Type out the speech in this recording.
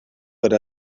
per